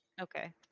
Okay